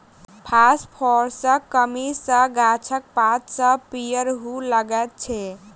फासफोरसक कमी सॅ गाछक पात सभ पीयर हुअ लगैत छै